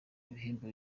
ibihembo